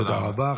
תודה רבה.